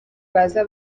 baza